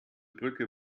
brücke